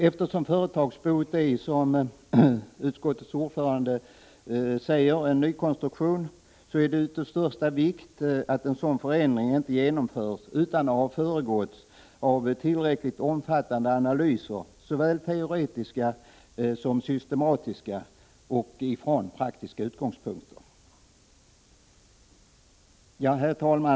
Eftersom företagsbot är, som utskottets ordförande säger, en nykonstruktion är det av största vikt att en sådan förändring inte genomförs utan att den har föregåtts av tillräckligt omfattande analyser, från såväl teoretiska och systematiska som praktiska utgångspunkter. Herr talman!